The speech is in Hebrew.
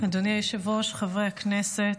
אדוני היושב-ראש, חברי הכנסת,